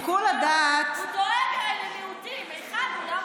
הוא דואג למיעוטים, היכן הוא?